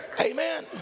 amen